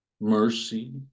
Mercy